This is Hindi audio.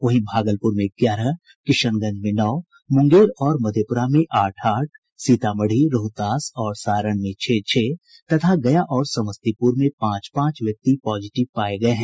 वहीं भागलपुर में ग्यारह किशनगंज में नौ मुंगेर और मधेपुरा में आठ आठ सीतामढ़ी रोहतास और सारण में छह छह तथा गया और समस्तीपुर में पांच पांच व्यक्ति पॉजिटिव पाए गए हैं